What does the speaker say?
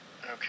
Okay